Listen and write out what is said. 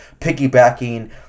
piggybacking